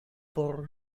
por